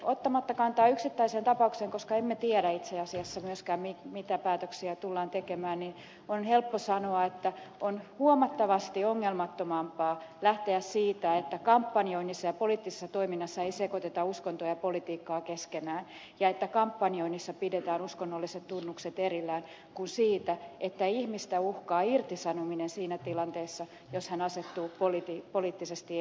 ottamatta kantaa yksittäiseen tapaukseen koska emme tiedä itse asiassa myöskään mitä päätöksiä tullaan tekemään on helppo sanoa että on huomattavasti ongelmattomampaa lähteä siitä että kampanjoinnissa ja poliittisessa toiminnassa ei sekoiteta uskontoa ja politiikkaa keskenään ja että kampanjoinnissa pidetään uskonnolliset tunnukset erillään kuin siitä että ihmistä uhkaa irtisanominen siinä tilanteessa jos hän asettuu poliittisesti ehdolle